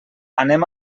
anem